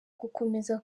gukomeza